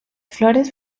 flores